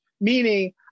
Meaning